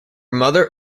mother